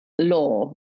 law